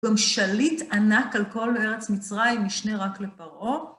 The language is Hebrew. גם שליט ענק על כל ארץ מצרים, משנה רק לפרעות.